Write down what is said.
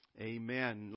Amen